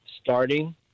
starting